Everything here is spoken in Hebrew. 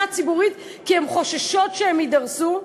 הציבורית כי הן חוששות שהם יידרסו.